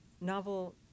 Novel